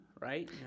right